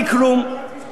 אמרתי שאתה תהיה.